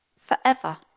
forever